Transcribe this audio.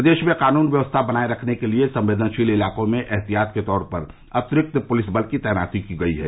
प्रदेश में कानून व्यवस्था बनाए रखने के लिए संवेदनशील इलाकों में एहतियात के तौर पर अतिरिक्त पुलिस बल की तैनाती की गयी है